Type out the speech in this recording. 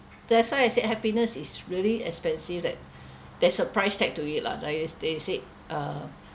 that's why I said happiness is really expensive like there's a price tag to it lah like you they said uh